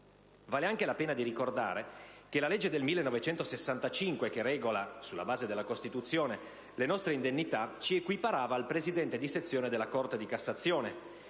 Vale anche la pena di ricordare che la legge del 1965, che regola, sulla base della Costituzione, le nostre indennità, ci equiparava al presidente di sezione della Corte di cassazione.